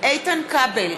איתן כבל,